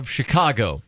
Chicago